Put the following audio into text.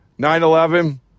9-11